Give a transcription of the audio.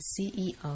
CEO